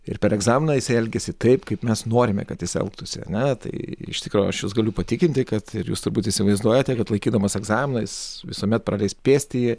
ir per egzaminą jis elgiasi taip kaip mes norime kad jis elgtųsi ar ne tai iš tikro aš jus galiu patikinti kad ir jūs turbūt įsivaizduojate kad laikydamas egzaminą jis visuomet praleis pėstįjį